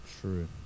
true